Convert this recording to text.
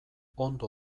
ondo